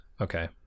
okay